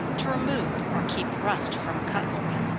to remove or keep rust from cutlery.